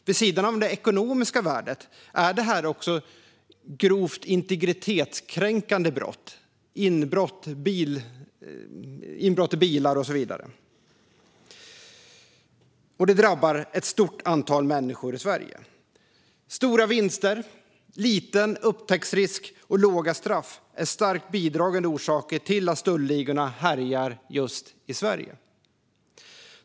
Vid sidan av det ekonomiska värdet är detta grovt integritetskränkande brott. Det handlar om inbrott i bilar och så vidare, som drabbar ett stort antal människor i Sverige. Stora vinster, liten upptäcktsrisk och låga straff är starkt bidragande orsaker till att stöldligorna härjar just i Sverige.